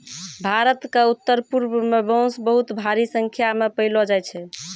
भारत क उत्तरपूर्व म बांस बहुत भारी संख्या म पयलो जाय छै